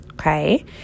okay